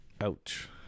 Ouch